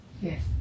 Yes